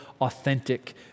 authentic